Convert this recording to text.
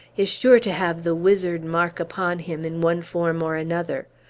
is sure to have the wizard mark upon him, in one form or another.